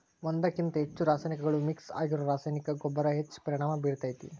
ಒಂದ್ಕಕಿಂತ ಹೆಚ್ಚು ರಾಸಾಯನಿಕಗಳು ಮಿಕ್ಸ್ ಆಗಿರೋ ರಾಸಾಯನಿಕ ಗೊಬ್ಬರ ಹೆಚ್ಚ್ ಪರಿಣಾಮ ಬೇರ್ತೇತಿ